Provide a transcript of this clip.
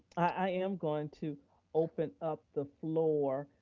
i am going to open up the floor.